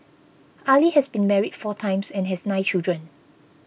Ali has been married four times and has nine children